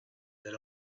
that